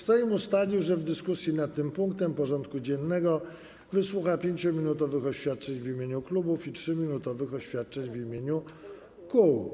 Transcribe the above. Sejm ustalił, że w dyskusji nad tym punktem porządku dziennego wysłucha 5-minutowych oświadczeń w imieniu klubów i 3-minutowych oświadczeń w imieniu kół.